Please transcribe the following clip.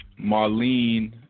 Marlene